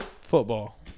Football